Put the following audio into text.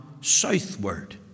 southward